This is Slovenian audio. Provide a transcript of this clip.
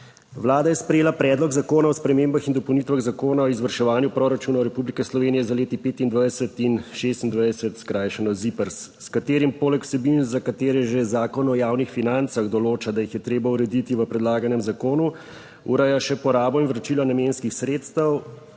Vlada je sprejela Predlog zakona o spremembah in dopolnitvah Zakona o izvrševanju proračunov Republike Slovenije za leti 2025 in 2026 (skrajšano: ZIPRS), s katerim poleg vsebin, za katere že Zakon o javnih financah določa, da jih je treba urediti v predlaganem zakonu, ureja še porabo in vračilo namenskih sredstev